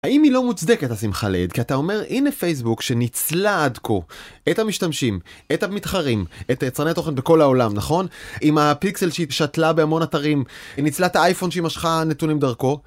האם היא לא מוצדקת השמחה לאיד? כי אתה אומר, הנה פייסבוק שניצלה עד כה את המשתמשים, את המתחרים, את היצרני תוכן בכל העולם, נכון? עם הפיקסל שהיא שתלה בהמון אתרים, היא ניצלה את האייפון שהיא משכה נתונים דרכו!